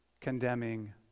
condemning